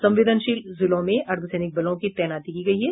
संवेदनशील जिलों में अर्द्वसैनिक बलों की तैनाती की गयी है